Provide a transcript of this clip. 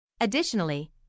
Additionally